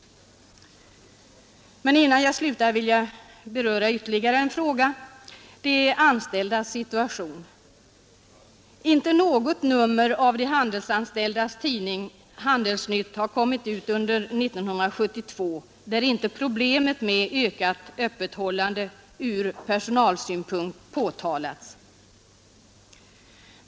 Innan jag slutar vill jag beröra ytterligare en fråga, de anställdas situation. Inte något nummer av de handelsanställdas tidning Handels Nytt har kommit ut under 1972, där inte problemet med ökat öppethållande från personalsynpunkt påtalats.